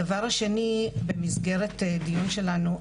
הדבר השני, במסגרת דיון אחר שלנו,